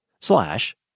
slash